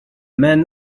men